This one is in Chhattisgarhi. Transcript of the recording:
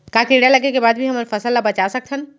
का कीड़ा लगे के बाद भी हमन फसल ल बचा सकथन?